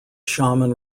shaman